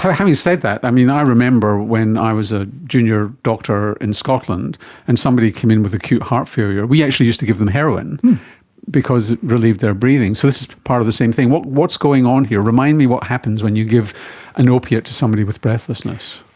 having said that, i i remember when i was a junior doctor in scotland and somebody came in with acute heart failure, we actually used to give them heroin because it relieved their breathing, so this is part of the same thing. what's going on here? remind me what happens when you give an opiate to somebody with breathlessness?